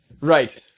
Right